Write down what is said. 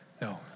No